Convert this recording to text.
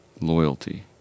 loyalty